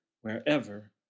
wherever